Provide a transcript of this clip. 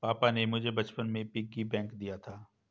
पापा ने मुझे बचपन में पिग्गी बैंक दिया था